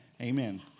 Amen